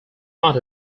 not